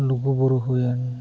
ᱞᱩᱜᱩᱵᱩᱨᱩ ᱦᱩᱭᱮᱱ